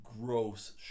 gross